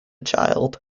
child